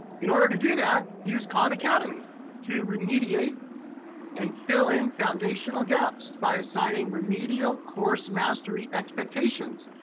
in order to do that, use khan academy to remediate and fill in foundational gaps by assigning remedial course mastery expectations.